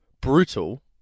Brutal